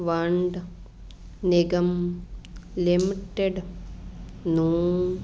ਵੰਡ ਨਿਗਮ ਲਿਮਟਿਡ ਨੂੰ